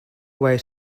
way